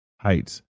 heights